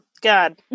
God